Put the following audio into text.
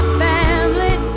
family